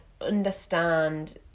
understand